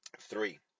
three